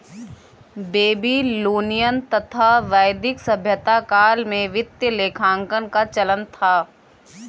Babylonian तथा वैदिक सभ्यता काल में वित्तीय लेखांकन का चलन था